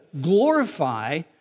glorify